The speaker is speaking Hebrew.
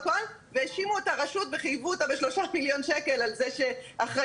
והאשימו את הרשות וחייבו אתה בשלושה מיליון שקל על אחריותה.